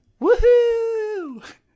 Woohoo